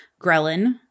ghrelin